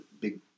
big